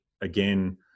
again